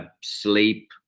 sleep